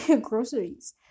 groceries